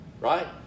right